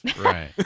Right